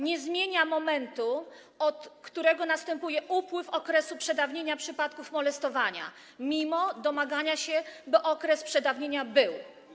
Nie zmienia momentu, od którego następuje upływ okresu przedawnienia w przypadku molestowania, mimo domagania się, by okres przedawnienia był.